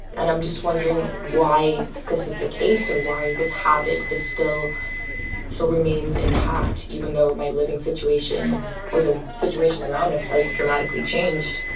and i'm just wondering why this is the case or why this habit is still still remains intact, even though my living situation or the situation around us has dramatically changed.